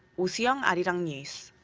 oh soo-young, arirang news.